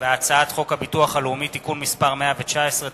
הצעת חוק הביטוח הלאומי (תיקון מס' 119),